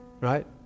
Right